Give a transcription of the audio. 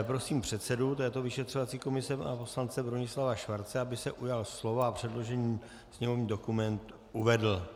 Prosím předsedu této vyšetřovací komise pana poslance Bronislava Schwarze, aby se ujal slova a předložený sněmovní dokument uvedl.